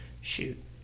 shoot